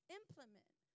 implement